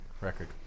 record